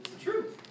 True